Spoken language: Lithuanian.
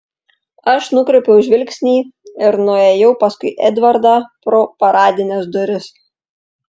aš nukreipiau žvilgsnį ir nuėjau paskui edvardą pro paradines duris